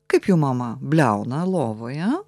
kaip jų mama bliauna lovoje